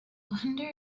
wonder